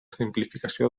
simplificació